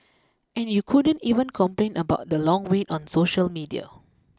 and you couldn't even complain about the long wait on social media